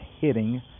hitting